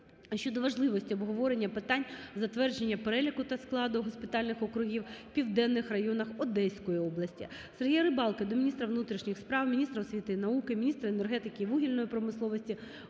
щодо важливості обговорення питань затвердження переліку та складу госпітальних округів в південних районах Одеської області. Сергія Рибалки до міністра внутрішніх справ, міністра освіти і науки, міністра енергетики та вугільної промисловості,